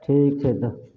ठीक छै तऽ